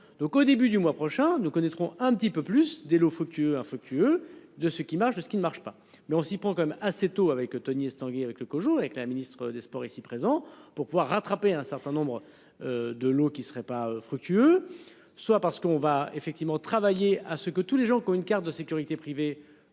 donc au début du mois prochain nous connaîtrons un petit peu plus des lots fructueux infructueux de ce qui marche, ce qui ne marche pas. Mais on s'y prend quand même assez tôt avec Tony Estanguet avec le COJO avec la ministre des Sports, ici présent, pour pouvoir rattraper un certain nombre. De l'eau qui serait pas fructueux. Soit parce qu'on va effectivement travailler à ce que tous les gens qui ont une carte de Sécurité Privée